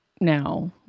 now